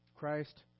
Christ